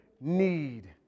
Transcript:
need